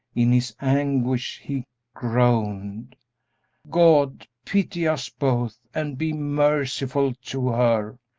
in his anguish he groaned god pity us both and be merciful to her!